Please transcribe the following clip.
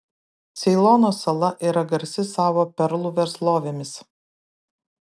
ceilono sala yra garsi savo perlų verslovėmis